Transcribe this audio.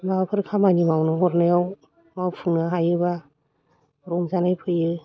माबाफोर खामानि मावनो हरनायाव मावफुंनो हायोबा रंजानाय फैयो